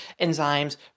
enzymes